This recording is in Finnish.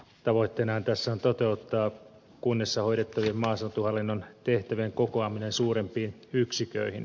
tavoitteenahan tässä on toteuttaa kunnissa hoidettavien maaseutuhallinnon tehtävien kokoaminen suurempiin yksiköihin